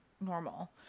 normal